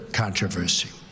controversy